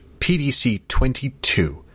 PDC22